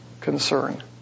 concern